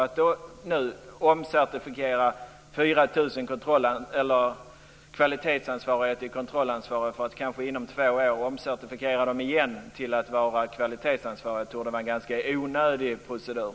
Att då nu omcertifiera 4 000 kvalitetsansvariga till kontrollansvariga, för att kanske inom två år omcertifiera dem igen till att vara kvalitetsansvariga, torde vara en ganska onödig procedur.